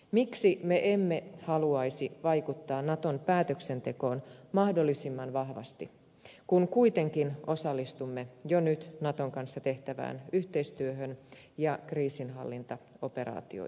miksi me emme haluaisi vaikuttaa naton päätöksentekoon mahdollisimman vahvasti kun kuitenkin osallistumme jo nyt naton kanssa tehtävään yhteistyöhön ja kriisinhallintaoperaatioihin